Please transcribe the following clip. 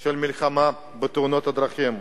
של המלחמה בתאונות הדרכים.